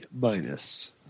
minus